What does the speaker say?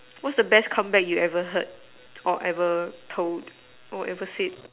what's the best comeback you ever hear or ever told or ever said